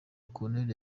corneille